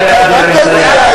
מי בעד, ירים את היד.